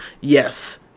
Yes